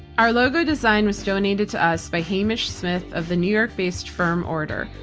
our logo design was donated to us by hamish smyth of the new york based firm order.